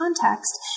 context